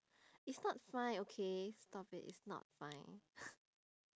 it's not fine okay stop it it's not fine